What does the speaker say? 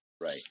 Right